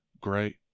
great